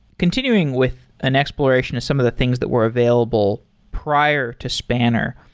continuing with an exploration of some of the things that were available prior to spanner,